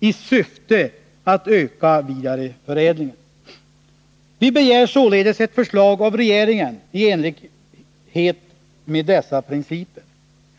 i syfte att öka vidareförädlingen. Vi begär således ett förslag av regeringen i enlighet med dessa principer.